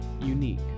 unique